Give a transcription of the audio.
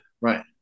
Right